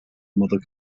mother